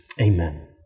Amen